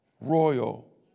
Royal